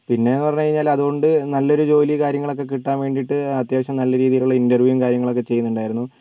പിന്നെ എന്ന് പറഞ്ഞുകഴിഞ്ഞാൽ അതുകൊണ്ട് നല്ലൊരു ജോലി കാര്യങ്ങളൊക്കെ കിട്ടാൻ വേണ്ടിയിട്ട് അത്യാവശ്യം നല്ല രീതിയിലുള്ള ഇൻറർവ്യൂ കാര്യങ്ങളൊക്കെ ചെയ്യുന്നുണ്ടായിരുന്നു